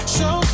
Show